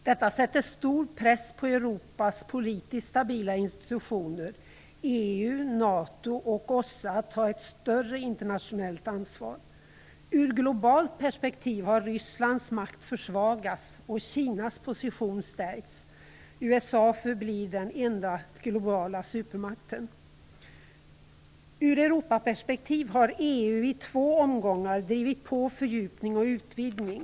Det sätter stor press på OSSE, att ta ett större internationellt ansvar. Ur globalt perspektiv har Rysslands makt försvagats och Kinas position stärkts. USA förblir den enda globala supermakten. Ur Europaperspektiv har EU i två omgångar drivit på fördjupning och utvidgning.